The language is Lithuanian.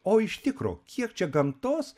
o iš tikro kiek čia gamtos